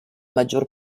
maggior